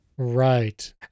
Right